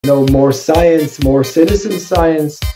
No, more science, more citizen science.